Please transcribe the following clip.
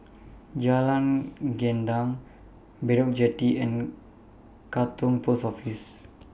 Jalan Gendang Bedok Jetty and Katong Post Office